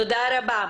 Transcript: תודה רבה.